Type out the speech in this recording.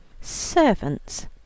Servants